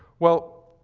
well,